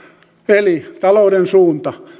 eli talouden suunta